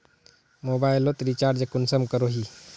Mobile लोत recharge कुंसम करोही?